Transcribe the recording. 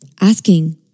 asking